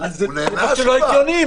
זה לא הגיוני.